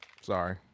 Sorry